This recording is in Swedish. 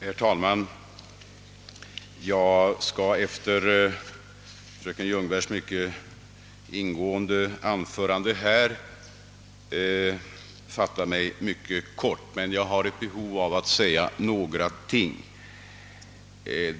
Herr talman! Jag skall efter fröken Ljungbergs mycket ingående anförande fatta mig mycket kort, men jag har ett behov av att framhålla vissa saker.